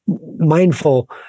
Mindful